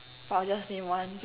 but I'll just name one